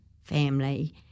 family